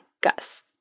Gus